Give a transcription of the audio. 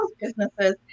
businesses